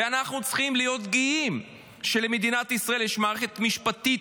ואנחנו צריכים להיות גאים שלמדינת ישראל יש מערכת משפטית